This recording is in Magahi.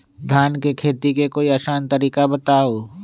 धान के खेती के कोई आसान तरिका बताउ?